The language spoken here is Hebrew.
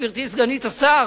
גברתי סגנית השר,